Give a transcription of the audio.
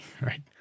right